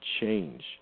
change